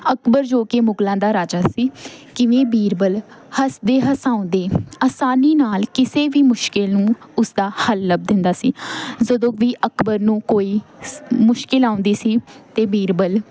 ਅਕਬਰ ਜੋ ਕਿ ਮੁਗਲਾਂ ਦਾ ਰਾਜਾ ਸੀ ਕਿਵੇਂ ਬੀਰਬਲ ਹੱਸਦੇ ਹਸਾਉਂਦੇ ਆਸਾਨੀ ਨਾਲ ਕਿਸੇ ਵੀ ਮੁਸ਼ਕਲ ਨੂੰ ਉਸਦਾ ਹੱਲ ਲੱਭ ਦਿੰਦਾ ਸੀ ਜਦੋਂ ਵੀ ਅਕਬਰ ਨੂੰ ਕੋਈ ਮੁਸ਼ਕਲ ਆਉਂਦੀ ਸੀ ਤਾਂ ਬੀਰਬਲ